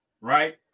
right